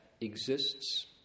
exists